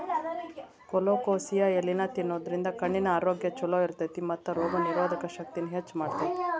colocasia ಎಲಿನಾ ತಿನ್ನೋದ್ರಿಂದ ಕಣ್ಣಿನ ಆರೋಗ್ಯ್ ಚೊಲೋ ಇರ್ತೇತಿ ಮತ್ತ ರೋಗನಿರೋಧಕ ಶಕ್ತಿನ ಹೆಚ್ಚ್ ಮಾಡ್ತೆತಿ